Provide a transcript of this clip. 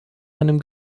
einem